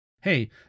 Hey